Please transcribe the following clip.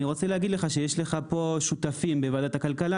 אני רוצה להגיד לך שיש לך פה שותפים בוועדת הכלכלה